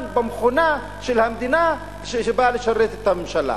במכונה של המדינה שבאה לשרת את הממשלה.